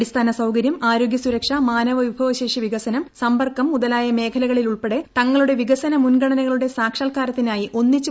അടിസ്ഥാന സൌകര്യം ആരോഗ്യസുരക്ഷ മാനുപ്പ്പിഭവശേഷി വികസനം സമ്പർക്കം മുതലായ മേഖലകളിലുൾപ്പെടെ തങ്ങളുടെ വികസന മുൻഗണനകളുടെ സാക്ഷാൽക്കാരത്തിനായി ഒന്നിച്ചു